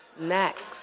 next